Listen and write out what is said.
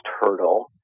hurdle